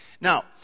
Now